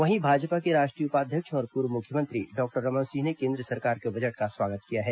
वहीं भाजपा के राष्ट्रीय उपाध्यक्ष और पूर्व मुख्यमंत्री डॉक्टर रमन सिंह ने केन्द्र सरकार के बजट का स्वागत किया है